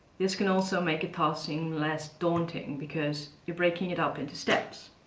this can also make a task seem less daunting, because you're breaking it up into steps.